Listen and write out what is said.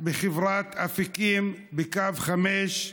בחברת אפיקים בקו 5,